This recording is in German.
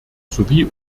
sowie